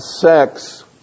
sex